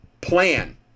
plan